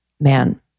Man